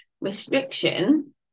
restriction